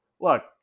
look